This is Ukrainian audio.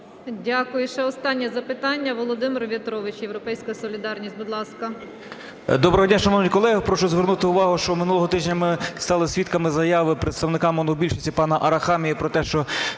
Дякую. Ще останнє запитання – Володимир В'ятрович, "Європейська солідарність", будь ласка.